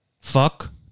Fuck